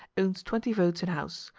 owns twenty votes in house.